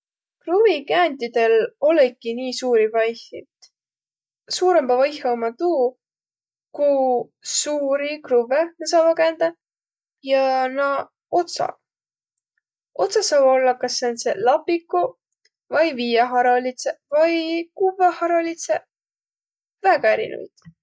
Kruvikäändjidel olõki-i nii suuri vaihit. Suurõmbaq vaihõq ommaq tuu, kuq suuri kruvvõ nä saavaq käändäq ja naaq otsaq. Otsaq saavaq ollaq kas säändseq lapikuq vai viieharolidsõq vai kuvvõharolidsõq. Väega erinevit.